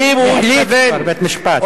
החליט כבר, בית-משפט.